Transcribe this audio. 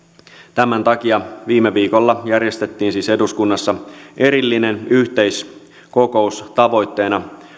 tämän takia viime viikolla järjestettiin siis eduskunnassa erillinen yhteiskokous tavoitteena